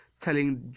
telling